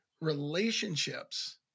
relationships